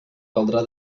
caldrà